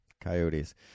Coyotes